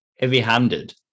heavy-handed